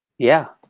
yeah.